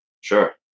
Sure